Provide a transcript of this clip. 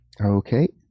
Okay